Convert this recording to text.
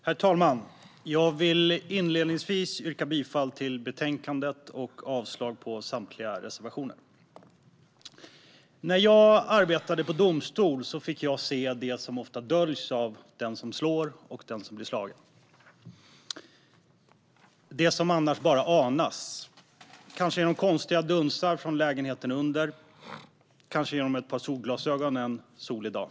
Herr talman! Jag vill inledningsvis yrka bifall till förslaget i betänkandet och avslag på samtliga reservationer. När jag arbetade i domstol fick jag se det som ofta döljs av den som slår och av den som blir slagen, det som annars bara anas - kanske genom konstiga dunsar från lägenheten under, kanske genom ett par solglasögon en mulen dag.